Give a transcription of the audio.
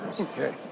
Okay